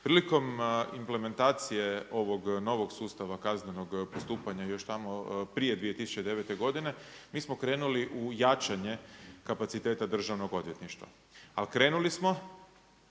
Prilikom implementacije ovog novog sustava kaznenog postupanja, još tamo prije 2009. godine mi smo krenuli u jačanje kapaciteta državnog odvjetništva, ali krenuli smo